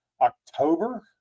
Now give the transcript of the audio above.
october